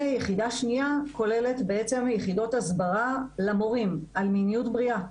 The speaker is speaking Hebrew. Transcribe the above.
יחידה שנייה כוללת יחידות הסברה למורים על מיניות בריאה.